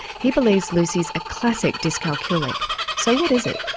he believes lucie is a classic dyscalculic so what is it?